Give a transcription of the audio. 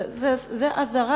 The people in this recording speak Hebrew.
אזהרה,